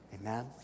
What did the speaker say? amen